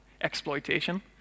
exploitation